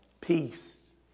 peace